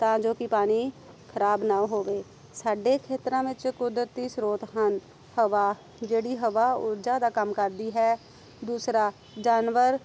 ਤਾਂ ਜੋ ਕਿ ਪਾਣੀ ਖ਼ਰਾਬ ਨਾ ਹੋਵੇ ਸਾਡੇ ਖੇਤਰਾਂ ਵਿੱਚ ਕੁਦਰਤੀ ਸਰੋਤ ਹਨ ਹਵਾ ਜਿਹੜੀ ਹਵਾ ਊਰਜਾ ਦਾ ਕੰਮ ਕਰਦੀ ਹੈ ਦੂਸਰਾ ਜਾਨਵਰ